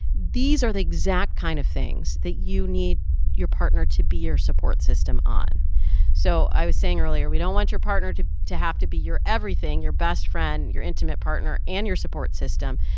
these are the exact kind of things that you need your partner to be your support system on so i was saying earlier, we don't want your partner to to have to be your everything, your best friend, your intimate partner and your support system.